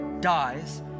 dies